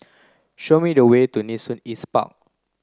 show me the way to Nee Soon East Park